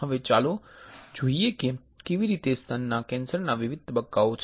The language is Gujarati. હવે ચાલો જોઈએ કે કેવી રીતે સ્તનના કેન્સરમાં વિવિધ તબક્કાઓ છે